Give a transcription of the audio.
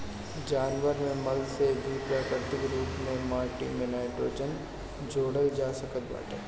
जानवर के मल से भी प्राकृतिक रूप से माटी में नाइट्रोजन जोड़ल जा सकत बाटे